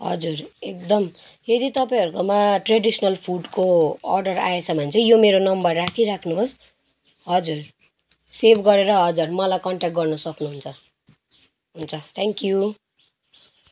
हजुर एकदम यदि तपाईँहरकोमा ट्रेडिसनल फुडको अर्डर आए छ भने चाहिँ यो मेरो नम्बर राखिराख्नुहोस् हजुर सेभ गरेर हजुर मलाई कन्ट्याक्ट गर्न सक्नुहुन्छ हुन्छ थ्याङ्क यू